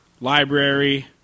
library